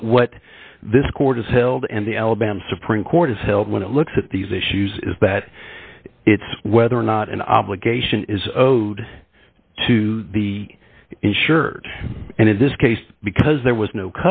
but what this court has held and the alabama supreme court is held when it looks at these issues is that it's whether or not an obligation is owed to the insured and in this case because there was no